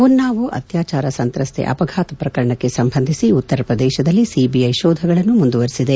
ಉನ್ನಾವೋ ಅತ್ಯಾಚಾರ ಸಂತ್ರನ್ನೆ ಅವಘಾತ ಪ್ರಕರಣಕ್ಕೆ ಸಂಬಂಧಿಸಿ ಉತ್ತರ ಪ್ರದೇಶದಲ್ಲಿ ಸಿಬಿಐ ಶೋಧಗಳನ್ನು ಮುಂದುವರೆಸಿದೆ